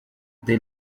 they